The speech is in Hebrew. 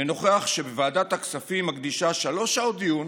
ונוכח שוועדת הכספים מקדישה שלוש שעות דיון